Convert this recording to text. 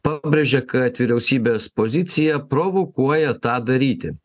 pabrėžia kad vyriausybės pozicija provokuoja tą daryti